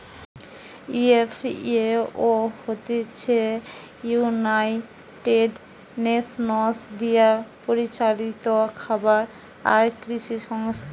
FAO হতিছে United Nations দিয়া পরিচালিত খাবার আর কৃষি সংস্থা